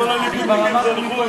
אדוני היושב-ראש,